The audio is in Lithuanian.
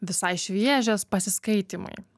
visai šviežias pasiskaitymai